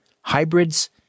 Hybrids